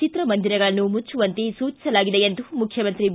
ಚಿತ್ರಮಂದಿರಗಳನ್ನು ಮುಚ್ಚುವಂತೆ ಸೂಚಿಸಲಾಗಿದೆ ಎಂದು ಮುಖ್ಯಮಂತ್ರಿ ಬಿ